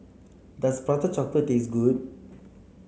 does Prata Chocolate taste good